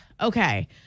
Okay